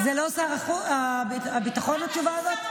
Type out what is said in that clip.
זה לא שר הביטחון, התשובה הזאת?